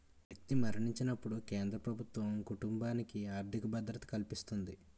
వ్యక్తి మరణించినప్పుడు కేంద్ర ప్రభుత్వం కుటుంబానికి ఆర్థిక భద్రత కల్పిస్తుంది